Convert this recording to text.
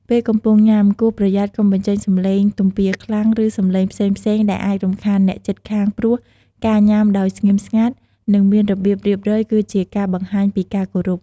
ពេលកំពុងញ៉ាំ គួរប្រយ័ត្នកុំបញ្ចេញសំឡេងទំពារខ្លាំង ឬសំឡេងផ្សេងៗដែលអាចរំខានអ្នកជិតខាងព្រោះ ការញ៉ាំដោយស្ងៀមស្ងាត់ និងមានរបៀបរៀបរយ គឺជាការបង្ហាញពីការគោរព។